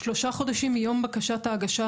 שלושה חודשים מיום הגשת הבקשה,